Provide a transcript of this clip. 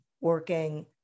working